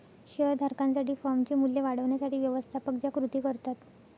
share धारकांसाठी फर्मचे मूल्य वाढवण्यासाठी व्यवस्थापक ज्या कृती करतात